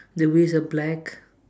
the wheels are black